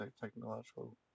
technological